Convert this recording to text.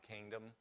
kingdom